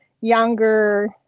Younger